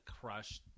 crush